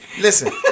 Listen